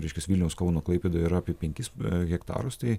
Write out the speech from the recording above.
reiškias vilniaus kauno klaipėdoj yra apie penkis hektarus tai